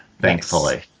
thankfully